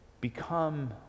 become